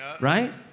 Right